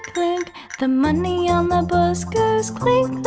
clink the money on the bus goes clink,